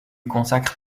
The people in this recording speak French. consacre